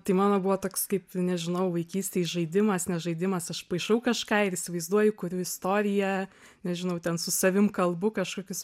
tai mano buvo toks kaip nežinau vaikystėj žaidimas ne žaidimas aš paišau kažką ir įsivaizduoju kuriu istoriją nežinau ten su savim kalbu kažkokius